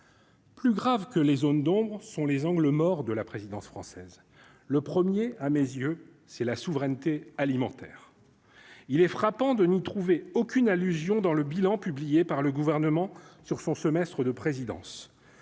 Plus grave que les zones d'ombres sont les angles morts de la présidence française le 1er à mes yeux, c'est la souveraineté alimentaire, il est frappant de n'y trouver aucune allusion dans le bilan publié par le gouvernement sur son semestre de présidence